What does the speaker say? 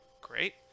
great